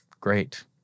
great